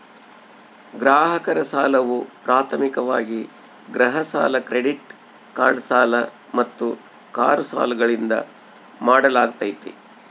ಗ್ರಾಹಕರ ಸಾಲವು ಪ್ರಾಥಮಿಕವಾಗಿ ಗೃಹ ಸಾಲ ಕ್ರೆಡಿಟ್ ಕಾರ್ಡ್ ಸಾಲ ಮತ್ತು ಕಾರು ಸಾಲಗಳಿಂದ ಮಾಡಲಾಗ್ತೈತಿ